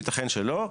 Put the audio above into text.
יתכן שלא.